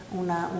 una